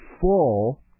full